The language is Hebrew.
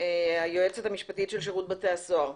היועצת המשפטית של שירות בתי הסוהר.